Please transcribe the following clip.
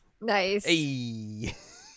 Nice